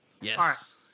Yes